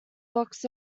box